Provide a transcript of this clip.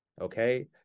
okay